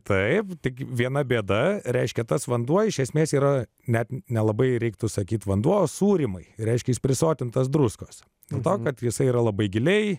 taip tik viena bėda reiškia tas vanduo iš esmės yra net nelabai reiktų sakyti vanduo sūrymui reiškia jis prisotintas druskos dėl to kad visa yra labai giliai